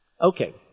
Okay